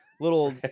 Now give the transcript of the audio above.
little